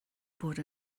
bod